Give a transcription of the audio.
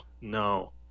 no